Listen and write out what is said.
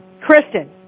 Kristen